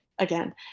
Again